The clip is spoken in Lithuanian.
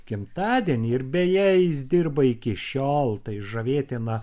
gimtadienį ir beje jis dirba iki šiol tai žavėtina